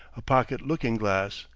a pocket looking-glass,